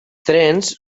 trens